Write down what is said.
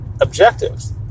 objectives